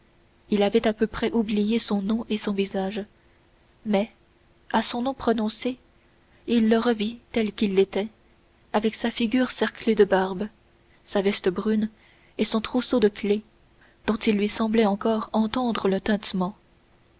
il avait à peu près oublié son nom et son visage mais à son nom prononcé il le revit tel qu'il était avec sa figure cerclée de barbe sa veste brune et son trousseau de clefs dont il lui semblait encore entendre le tintement